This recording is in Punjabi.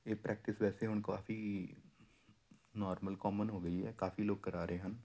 ਇਹ ਪ੍ਰੈਕਟਿਸ ਵੈਸੇ ਹੁਣ ਕਾਫ਼ੀ ਨੋਰਮਲ ਕੋਮਨ ਹੋ ਗਈ ਹੈ ਕਾਫ਼ੀ ਲੋਕ ਕਰਾ ਰਹੇ ਹਨ